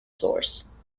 source